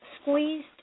squeezed